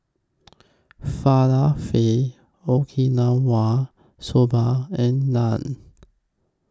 Falafel Okinawa Soba and Naan